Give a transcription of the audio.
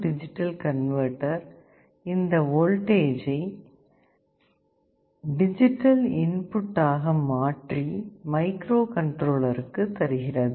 AD converter இந்த voltage ஐ digital input ஆக மாற்றி மைக்ரோ கண்ட்ரோலருக்கு தருகிறது